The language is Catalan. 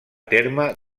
terme